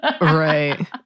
Right